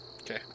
okay